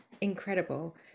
Incredible